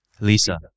Lisa